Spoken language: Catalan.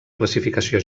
classificació